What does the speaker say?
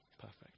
Perfect